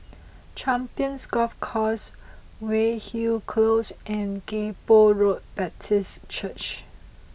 Champions Golf Course Weyhill Close and Kay Poh Road Baptist Church